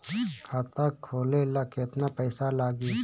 खाता खोले ला केतना पइसा लागी?